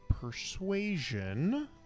Persuasion